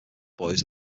boys